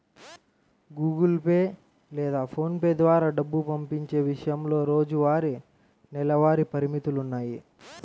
Google Pay లేదా PhonePe ద్వారా డబ్బు పంపించే విషయంలో రోజువారీ, నెలవారీ పరిమితులున్నాయి